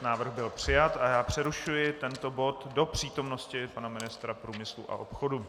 Návrh byl přijat a já přerušuji tento bod do přítomnosti pana ministra průmyslu a obchodu.